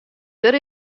der